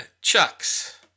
Chuck's